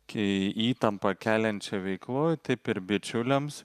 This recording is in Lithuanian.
kai įtampą keliančioj veikloj taip ir bičiuliams